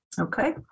Okay